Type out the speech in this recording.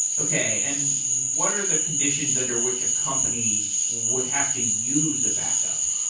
okay. and what are the conditions under which a company would have to use a backup?